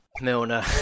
Milner